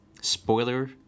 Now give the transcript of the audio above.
Spoiler